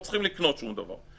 הם לא צריכים לקנות שום דבר.